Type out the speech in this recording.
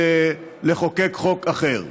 כמובן, היא לחוקק חוק אחר.